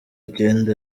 icyenda